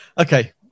Okay